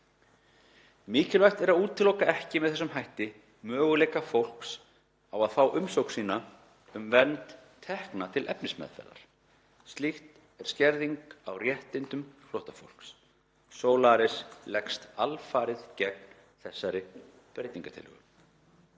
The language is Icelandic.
Mikilvægt er að útiloka ekki með þessum hætti möguleika fólks á að fá umsókn sína um vernd tekna til efnismeðferðar. Slíkt er skerðing á réttindum flóttafólks. Solaris leggst alfarið gegn þessari breytingartillögu.